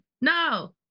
No